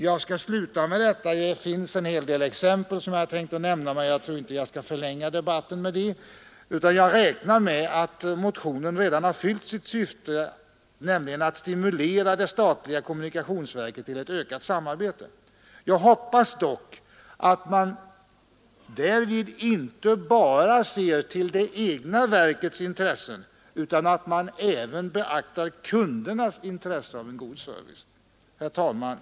Jag hade tänkt nämna en hel del exempel, men jag avstår från att förlänga debatten med det. Jag räknar med att motionen redan fyllt sitt syfte, nämligen att stimulera de statliga kommunikationsverken till ett ökat samarbete. Jag hoppas att man därvid inte bara ser till det egna verkets intressen utan även beaktar kundernas intresse av en god service. Herr talman!